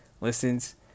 listens